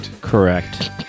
correct